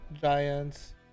giants